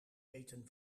eten